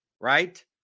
right